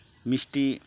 ᱢᱤᱥᱴᱤ